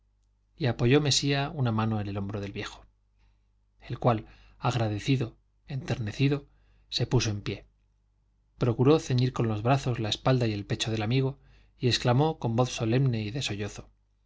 y apoyó mesía una mano en el hombro del viejo el cual agradecido enternecido se puso en pie procuró ceñir con los brazos la espalda y el pecho del amigo y exclamó con voz solemne y de